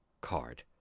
card